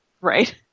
Right